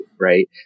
right